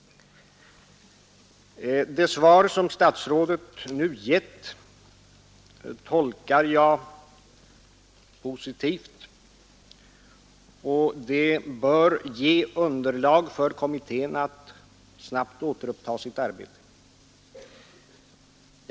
Det svar som statsrådet nu gett tolkar jag positivt, och det bör ge underlag för kommittén att snabbt återuppta sitt arbete. Jag tolkar statsrådets svar så att organisationskommittén enligt Kungl. Maj:ts mening har direktiv som fullt ut tillåter initiativ angående de frågor man tidigare hyste tveksamhet om.